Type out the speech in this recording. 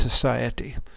society